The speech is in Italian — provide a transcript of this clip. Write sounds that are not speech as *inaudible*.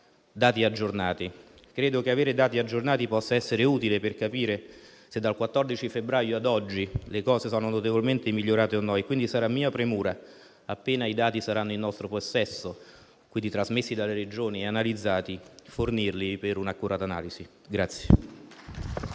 dati aggiornati. Credo che avere dati aggiornati possa essere utile per capire se dal 14 febbraio ad oggi le cose sono notevolmente migliorate o no, quindi sarà mia premura, appena i dati saranno in nostro possesso - quindi trasmessi dalle Regioni e analizzati - fornirli per un'accurata analisi. *applause*